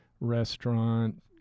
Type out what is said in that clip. restaurant